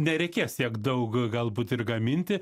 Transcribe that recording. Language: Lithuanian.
nereikės tiek daug galbūt ir gaminti